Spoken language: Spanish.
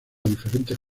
diferentes